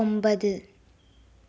ഒമ്പത്